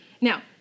Now